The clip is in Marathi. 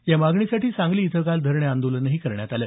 या मागणीसाठी सांगली इथं काल धरणे आंदोलनही करण्यात आलं